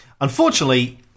Unfortunately